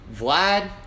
Vlad